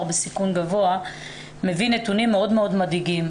בסיכון גבוה מביא נתונים מאוד מאוד מדאיגים.